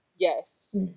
Yes